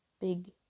big